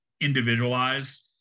individualized